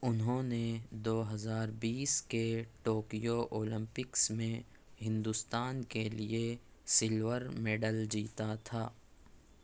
انھوں نے دو ہزار بیس کے ٹوکیو اولمپکس میں ہندوستان کے لیے سلور میڈل جیتا تھا